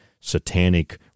satanic